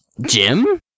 Jim